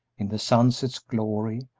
in the sunset's glory,